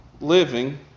living